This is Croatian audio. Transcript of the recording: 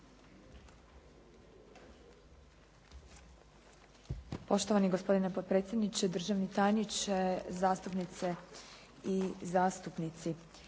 Poštovani gospodine potpredsjedniče, državni tajniče, zastupnice i zastupnici.